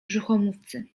brzuchomówcy